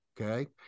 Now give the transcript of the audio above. okay